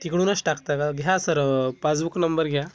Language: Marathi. तिकडूनच टाकता का घ्या सर पासबुक नंबर घ्या